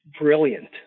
brilliant